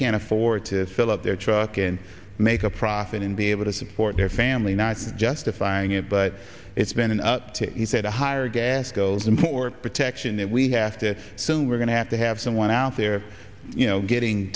can't afford to fill up their truck and make a profit and be able to support their family not justifying it but it's been up to he said a higher gas goes import protection that we have to soon we're going to have to have someone out there you know getting